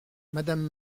madame